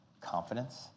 confidence